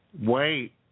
wait